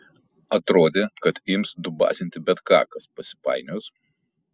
atrodė kad ims dubasinti bet ką kas pasipainios